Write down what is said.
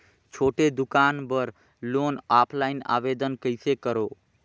छोटे दुकान बर लोन ऑफलाइन आवेदन कइसे करो?